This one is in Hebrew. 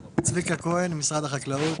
צביקה כהן, משרד החקלאות.